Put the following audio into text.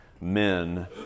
men